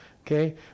Okay